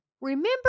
Remember